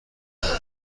نگران